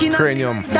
cranium